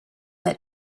that